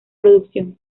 producción